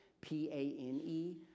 P-A-N-E